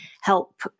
help